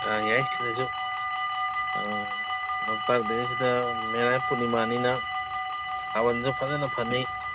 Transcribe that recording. ꯑꯥ ꯌꯥꯏ ꯁꯤꯗꯁꯨ ꯂꯣꯛꯇꯥꯛ ꯗꯦꯁꯤꯗ ꯃꯦꯔꯥꯒꯤ ꯄꯨꯔꯅꯤꯃꯥꯅꯤꯅ ꯊꯕꯜꯁꯨ ꯐꯖꯅ ꯐꯅꯤ